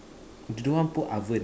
you don't want to put oven ah